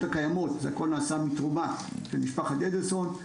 הקיימות הכול נעשה מתרומה של משפחת אדלסון.